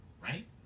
right